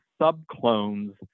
subclones